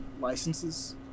licenses